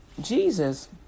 Jesus